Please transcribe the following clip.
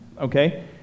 Okay